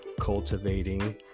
cultivating